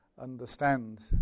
understand